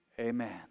amen